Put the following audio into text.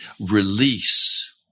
release